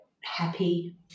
happy